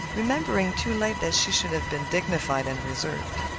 remembering too late that she should have been dignified and reserved.